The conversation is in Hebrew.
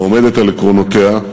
העומדת על עקרונותיה,